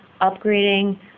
upgrading